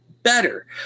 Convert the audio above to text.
better